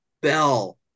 Bell